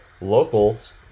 locals